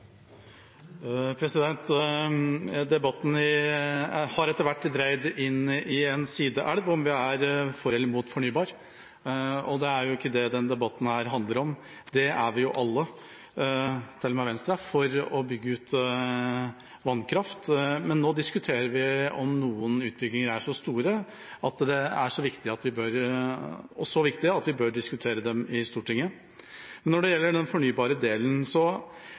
av. Debatten har etter hvert dreid inn i en sideelv, om vi er for eller imot fornybar energi. Det er ikke det denne debatten handler om, for det er vi alle. Til og med Venstre er for å bygge ut vannkraft. Men nå diskuterer vi om noen utbygginger er så store og så viktige at vi bør diskutere dem i Stortinget. Når det gjelder den fornybare delen,